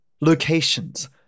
Locations